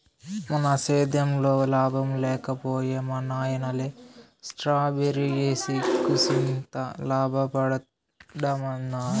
మన సేద్దెంలో లాభం లేక పోయే మా నాయనల్లె స్ట్రాబెర్రీ ఏసి కూసింత లాభపడదామబ్బా